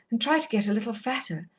and try to get a little fatter.